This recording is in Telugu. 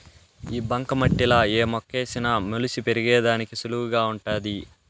ఈ బంక మట్టిలా ఏ మొక్కేసిన మొలిసి పెరిగేదానికి సులువుగా వుంటాది